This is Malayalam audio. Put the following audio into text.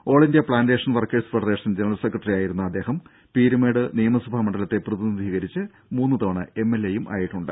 all India plantation workers federation general സെക്രട്ടറിയായിരുന്ന അദ്ദേഹം പീരുമേട് നിയമസഭാ മണ്ഡലത്തെ പ്രതിനിധീകരിച്ച് മൂന്ന് തവണ എം എൽ എയും ആയിട്ടുണ്ട്